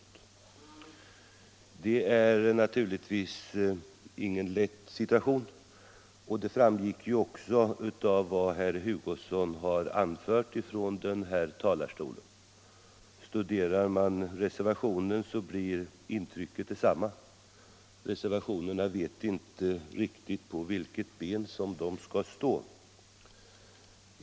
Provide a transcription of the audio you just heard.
Att detta inte är någon lätt situation framgick också av vad herr Hugosson anförde från denna talarstol. Studerar man reservationerna blir intrycket detsamma. Reservanterna vet inte riktigt på vilket ben de skall stå.